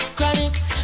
Chronic's